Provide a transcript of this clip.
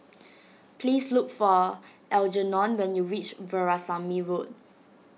please look for Algernon when you reach Veerasamy Road